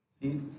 See